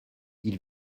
ils